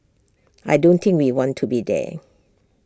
I don't think we want to be there